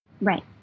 Right